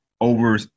over